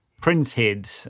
printed